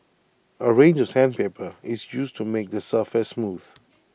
A range of sandpaper is used to make the surface smooth